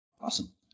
awesome